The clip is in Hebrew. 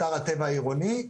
אתר הטבע העירוני,